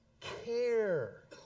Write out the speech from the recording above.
care